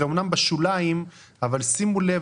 זה אמנם בשוליים אבל שימו לב,